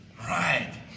right